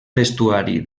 vestuari